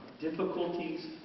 Difficulties